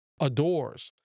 adores